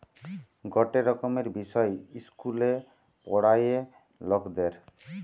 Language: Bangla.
গটে রকমের বিষয় ইস্কুলে পোড়ায়ে লকদের